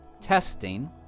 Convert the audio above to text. testing